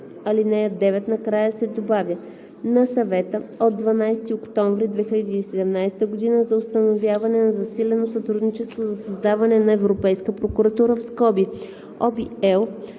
ал. 9 накрая се добавя „на Съвета от 12 октомври 2017 година за установяване на засилено сътрудничество за създаване на Европейска прокуратура (ОВ,